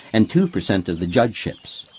and two percent of the judgeships.